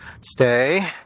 Stay